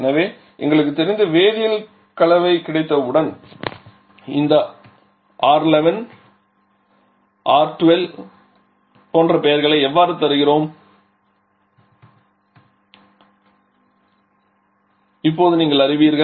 எனவே எங்களுக்குத் தெரிந்த வேதியியல் கலவை கிடைத்தவுடன் இந்த R11 R12 போன்ற பெயர்களை எவ்வாறு தருகிறோம் என்பதை இப்போது நீங்கள் அறிவீர்கள்